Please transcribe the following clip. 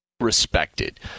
respected